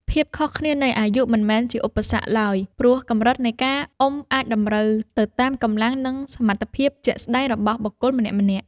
ភាពខុសគ្នានៃអាយុមិនមែនជាឧបសគ្គឡើយ ព្រោះកម្រិតនៃការអុំអាចតម្រូវទៅតាមកម្លាំង និងសមត្ថភាពជាក់ស្ដែងរបស់បុគ្គលម្នាក់ៗ។